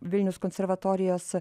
vilniaus konservatorijos